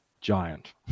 Giant